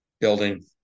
building